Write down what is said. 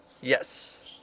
Yes